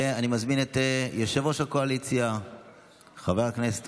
ואני מזמין את יושב-ראש הקואליציה חבר הכנסת